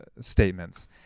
statements